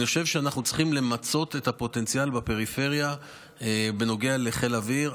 אני חושב שאנחנו צריכים למצות את הפוטנציאל בפריפריה בנוגע לחיל האוויר.